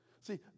See